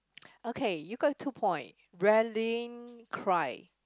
okay you got two point rallying cry